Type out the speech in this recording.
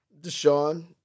Deshaun